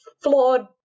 flawed